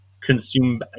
Consume